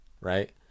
right